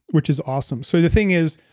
which is awesome. so the thing is,